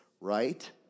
right